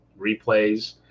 replays